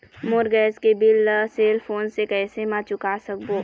मोर gas के bill ला cell phone से कैसे म चुका सकबो?